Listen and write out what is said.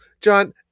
John